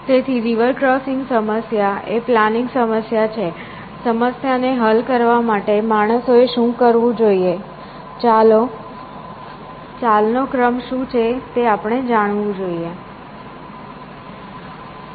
તેથી river crossing સમસ્યા એ પ્લાનિંગ સમસ્યા છે સમસ્યાને હલ કરવા માટે માણસોએ શું કરવું જોઈએ ચાલનો ક્રમ શું છે તે આપણે જાણવું છે